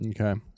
Okay